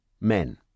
men